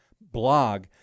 blog